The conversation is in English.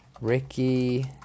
Ricky